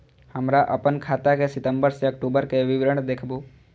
हमरा अपन खाता के सितम्बर से अक्टूबर के विवरण देखबु?